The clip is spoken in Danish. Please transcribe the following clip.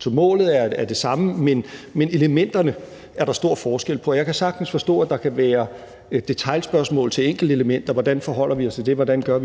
Så målet er det samme, men elementerne er der stor forskel på. Jeg kan sagtens forstå, at der kan være detailspørgsmål til enkeltelementer: Hvordan forholder vi os til det? Hvordan gør